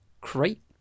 Great